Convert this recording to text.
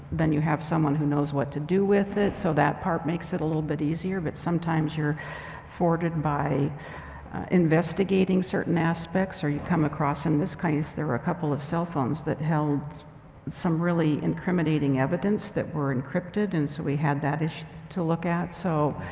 then you have someone who knows what to do with it. so that part makes it a little bit easier. but sometimes you're thwarted by investigating certain aspects aspects or you come across, in this case there were a couple of cell phones that held some really incriminating evidence that were encrypted. and so we had that issue to look at. so,